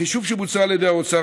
החישוב שבוצע על ידי האוצר,